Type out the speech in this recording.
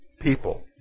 people